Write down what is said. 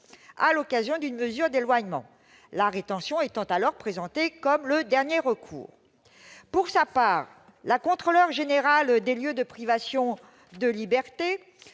à l'occasion d'une mesure d'éloignement, la rétention étant alors présentée comme le « dernier recours ». Pour sa part, la Contrôleur général des lieux de privation de liberté